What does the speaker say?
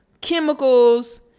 Chemicals